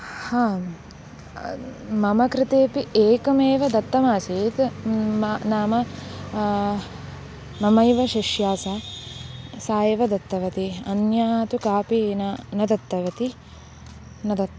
मम कृतेपि एकमेव दत्तमासीत् नाम ममैव शिष्या सा सा एव दत्तवती अन्या तु कापि न न दत्तवती न दत्तम्